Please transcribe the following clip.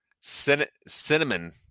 cinnamon